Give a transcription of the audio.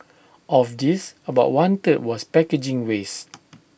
of this about one third was packaging waste